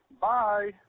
Bye